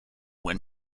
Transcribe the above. when